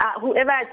whoever